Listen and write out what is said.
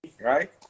right